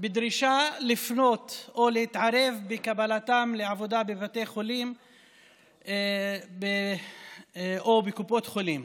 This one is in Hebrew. בדרישה לפנות או להתערב בקבלתם לעבודה בבתי חולים או בקופות החולים.